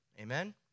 Amen